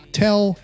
，tell